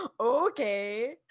Okay